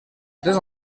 deux